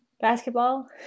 basketball